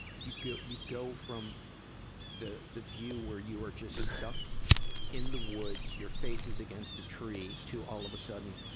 you go, you go from the, the view where you are just stuck in the woods, your face is against a tree, to all of a sudden,